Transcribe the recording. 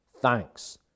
Thanks